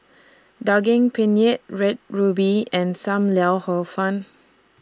Daging Penyet Red Ruby and SAM Lau Hor Fun